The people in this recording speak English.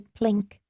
plink